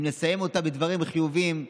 אם נסיים אותה בדברים חיוביים,